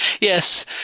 Yes